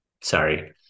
sorry